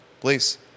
please